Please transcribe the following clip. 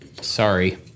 Sorry